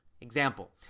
example